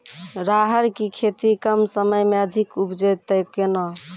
राहर की खेती कम समय मे अधिक उपजे तय केना?